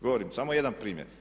Govorim samo jedan primjer.